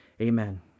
Amen